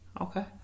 Okay